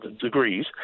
degrees